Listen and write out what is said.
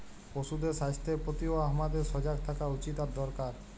পশুদের স্বাস্থ্যের প্রতিও হামাদের সজাগ থাকা উচিত আর দরকার